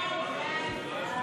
הצבעה.